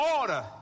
order